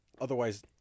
otherwise